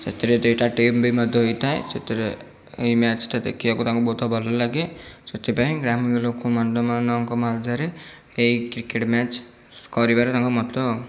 ସେଥିରେ ଦୁଇଟା ଟିମ୍ ବି ମଧ୍ୟ ହେଇଥାଏ ସେଥିରେ ଏଇ ମ୍ୟାଚ୍ଟା ଦେଖିବାକୁ ତାଙ୍କୁ ବହୁତ ଭଲ ଲାଗେ ସେଥିପାଇଁ ଗ୍ରାମୀଣ ଲୋକମାନ ମାନଙ୍କ ମଧ୍ୟରେ ଏଇ କ୍ରିକେଟ୍ ମ୍ୟାଚ୍ କରିବାର ତାଙ୍କ ମତ